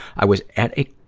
i was at a,